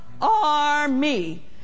army